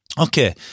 okay